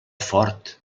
fort